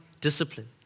discipline